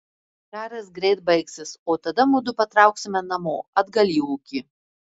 karas greit baigsis o tada mudu patrauksime namo atgal į ūkį